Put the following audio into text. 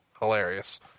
hilarious